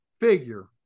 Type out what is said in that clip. figure